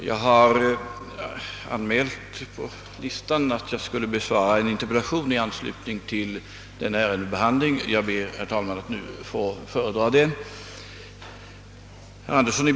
Herr talman! Såsom framgår av föredragningslistan har jag anmält att jag i samband med behandlingen av förevarande utskottsutlåtande har för avsikt att besvara en interpellation av herr Andersson i Billingsfors i anledning av industrinedläggelser i Dalsland.